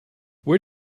where